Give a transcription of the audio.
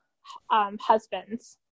husbands